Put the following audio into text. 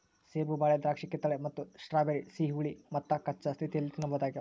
ಸೇಬು ಬಾಳೆ ದ್ರಾಕ್ಷಿಕಿತ್ತಳೆ ಮತ್ತು ಸ್ಟ್ರಾಬೆರಿ ಸಿಹಿ ಹುಳಿ ಮತ್ತುಕಚ್ಚಾ ಸ್ಥಿತಿಯಲ್ಲಿ ತಿನ್ನಬಹುದಾಗ್ಯದ